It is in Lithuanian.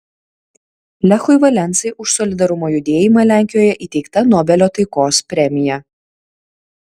lechui valensai už solidarumo judėjimą lenkijoje įteikta nobelio taikos premija